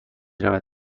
رود